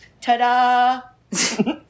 Ta-da